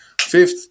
Fifth